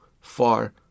far